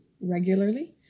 regularly